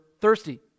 thirsty